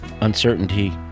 Uncertainty